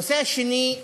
הנושא השני,